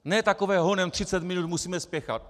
Ne takové honem, 30 minut, musíme spěchat.